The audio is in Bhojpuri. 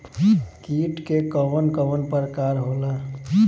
कीट के कवन कवन प्रकार होला?